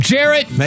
Jarrett